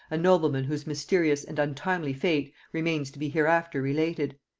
a nobleman whose mysterious and untimely fate remains to be hereafter related.